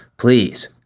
Please